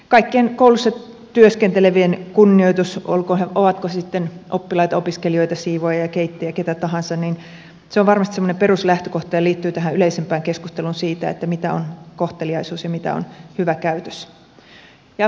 kaikkien koulussa työskentelevien kunnioitus ovat he sitten oppilaita opiskelijoita siivoojia keittäjiä keitä tahansa se on varmasti semmoinen peruslähtökohta ja liittyy tähän yleisempään keskusteluun siitä mitä on kohteliaisuus ja mitä on hyvä käytös